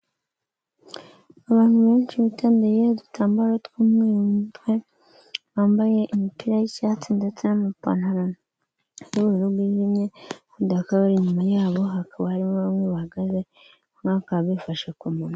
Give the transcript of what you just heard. Abantu benshi bitandiye udutambaro tw'umweru mu mutwe, bambaye imipira y'icyatsi ndetse n'amapantaro y'ubururu bwijimye abandi bakaba bari inyuma yabo, hakaba harimo bamwe bahagaze, bamwe bakaba bifashe ku munwa.